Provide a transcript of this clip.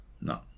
no